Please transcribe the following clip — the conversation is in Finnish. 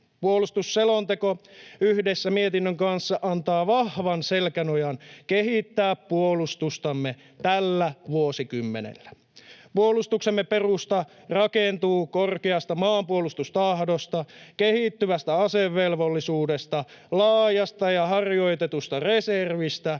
Puolustusselonteko yhdessä mietinnön kanssa antaa vahvan selkänojan kehittää puolustustamme tällä vuosikymmenellä. Puolustuksemme perusta rakentuu korkeasta maanpuolustustahdosta, kehittyvästä asevelvollisuudesta, laajasta ja harjoitetusta reservistä,